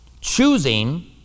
choosing